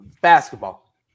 Basketball